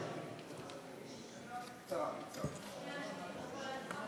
התשע"ז 2017,